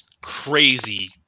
crazy